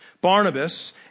Barnabas